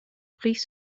pris